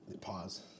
Pause